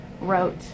wrote